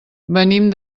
venim